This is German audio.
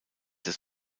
des